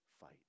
fight